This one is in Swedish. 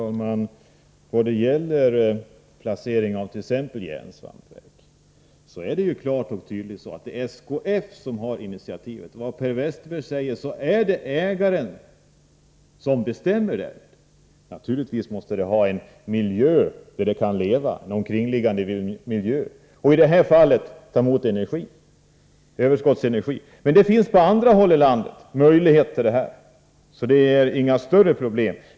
Herr talman! Beträffande placering av t.ex. järnsvampsverk är det klart att initiativet ligger hos SKF. Oavsett vad Per Westerberg säger är det ägaren som bestämmer. Naturligtvis måste företaget förläggas i en miljö där det kan leva. Det behöver också energi, och i det här fallet får det ta emot överskottsenergi. Men det finns möjligheter att åstadkomma detta på andra håll i landet, så det är inget större problem.